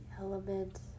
element